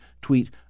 tweet